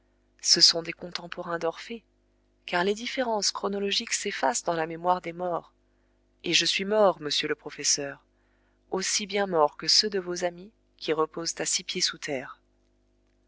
ce sont des contemporains d'orphée car les différences chronologiques s'effacent dans la mémoire des morts et je suis mort monsieur le professeur aussi bien mort que ceux de vos amis qui reposent à six pieds sous terre